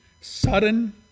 sudden